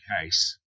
case